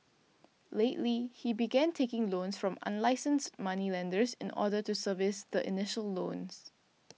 lately he began taking loans from unlicensed moneylenders in order to service the initial loans